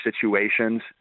situations